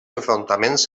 enfrontaments